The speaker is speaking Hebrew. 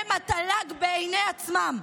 הם התל"ג בעיני עצמם.